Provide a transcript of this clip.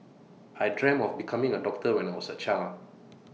I dreamt of becoming A doctor when I was A child